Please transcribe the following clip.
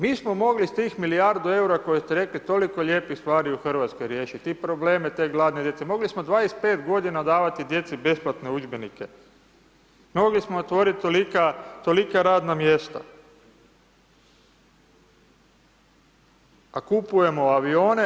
Mi smo mogli s tih milijardu EUR-a koje ste rekli toliko lijepih stvari u Hrvatskoj riješiti i probleme te gladne djece, mogli smo 25 godina davati djeci besplatne udžbenike, mogli smo otvoriti tolika, tolika radna mjesta, a kupujemo avione.